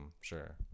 sure